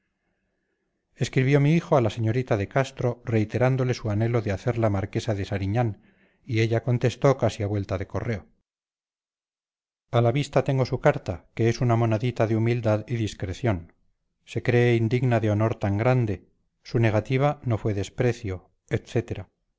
escribió mi hijo a la señorita de castro reiterándole su anhelo de hacerla marquesa de sariñán y ella contestó casi a vuelta de correo a la vista tengo su carta que es una monadita de humildad y discreción se cree indigna de honor tan grande su negativa no fue desprecio etcétera